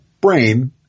brain